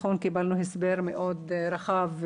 קיבלנו הסבר מאוד רחב,